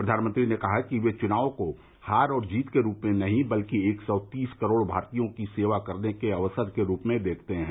प्रधानमंत्री ने कहा कि ये चुनाव को हार और जीत के रूप में नहीं बल्कि एक सौ तीस करोड़ भारतीयों की सेवा करने के अवसर के रूप में देखते हैं